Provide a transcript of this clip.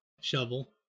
shovel